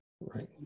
right